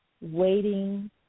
waiting